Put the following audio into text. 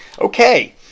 Okay